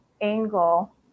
angle